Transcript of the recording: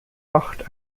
acht